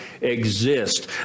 exist